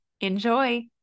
Enjoy